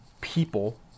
people